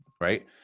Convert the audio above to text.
right